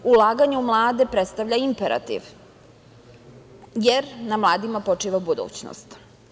Ulaganje u mlade predstavlja imperativ, jer na mladima počiva budućnost.